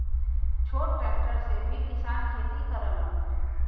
छोट ट्रेक्टर से भी किसान खेती करलन